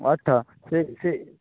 আচ্ছা সে সে